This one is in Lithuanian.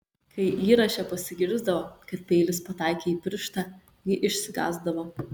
kai įraše pasigirsdavo kad peilis pataikė į pirštą ji išsigąsdavo